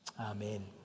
Amen